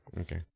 Okay